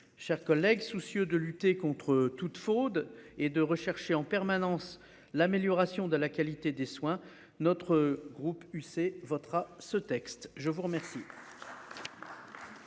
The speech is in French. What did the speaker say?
chers collègues. Soucieux de lutter contre toute fraude et de rechercher en permanence l'amélioration de la qualité des soins. Notre groupe UC votera ce texte, je vous remercie.